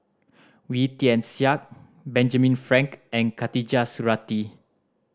Wee Tian Siak Benjamin Frank and Khatijah Surattee